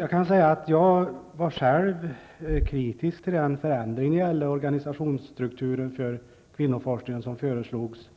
Jag var själv kritisk till den förändring i organisationsstrukturen för kvinnoforskningen som föreslogs